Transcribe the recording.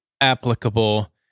applicable